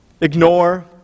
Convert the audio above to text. ignore